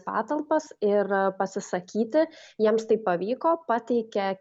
patalpas ir pasisakyti jiems tai pavyko pateikė